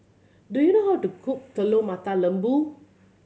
do you know how to cook Telur Mata Lembu